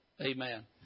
Amen